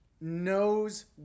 knows